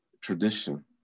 tradition